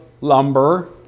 lumber